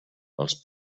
als